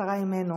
שרה אימנו.